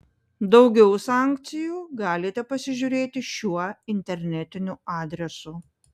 daugiau sankcijų galite pasižiūrėti šiuo internetiniu adresu